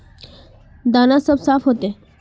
दाना सब साफ होते?